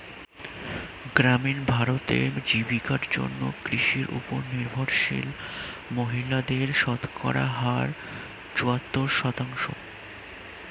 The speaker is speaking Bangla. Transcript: গ্রামীণ ভারতে, জীবিকার জন্য কৃষির উপর নির্ভরশীল মহিলাদের শতকরা হার চুয়াত্তর শতাংশ